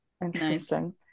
Interesting